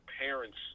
parents